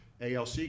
ALC